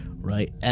right